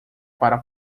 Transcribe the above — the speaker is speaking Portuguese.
para